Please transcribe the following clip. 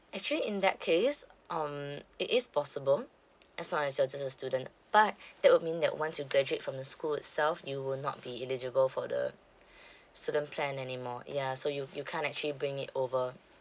actually in that case um it is possible as long as you're just a student but that would mean that once you graduate from the school itself you will not be eligible for the student plan anymore yeah so you you can't actually bring it over